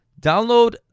download